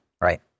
Right